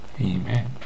Amen